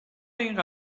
این